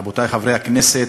רבותי חברי הכנסת,